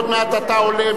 עוד מעט אתה עולה,